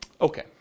Okay